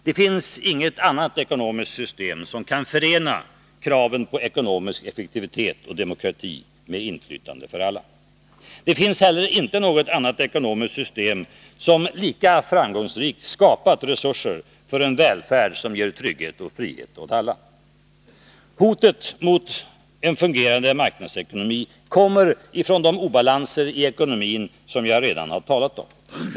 Det finns inget annat ekonomiskt system som kan förena kravet på ekonomisk effektivitet med demokrati och inflytande för alla. Det finns inte heller något annat ekonomiskt system, som lika framgångsrikt skapat resurser för en välfärd som ger trygghet och frihet åt alla. Hotet mot en fungerande marknadsekonomi kommer från de obalanser i ekonomin som jag redan talat om.